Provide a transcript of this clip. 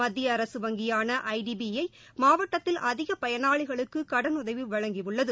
மத்திய அரசு வங்கியானஐடி பிஐமாவட்டத்தில் அதிகபயனாளிகளுக்குகடனுதவிவழங்கியுள்ளது